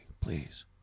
please